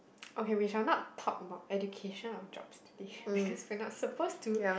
okay we shall not talk about education or jobs today because we are not supposed to